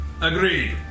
Agreed